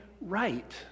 right